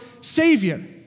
savior